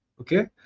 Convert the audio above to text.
okay